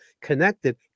connected